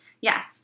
Yes